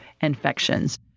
infections